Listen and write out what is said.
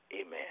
Amen